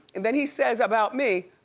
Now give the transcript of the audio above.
and then he says about me,